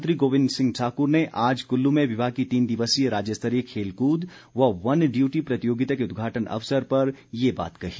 वनमंत्री गोविंद सिंह ठाकुर ने आज कुल्लू में विभाग की तीन दिवसीय राज्य स्तरीय खेलकूद व वन डयूटी प्रतियोगिता के उदघाटन अवसर पर ये बात कही